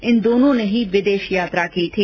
इन दोनों ने ही विदेश यात्रा की थी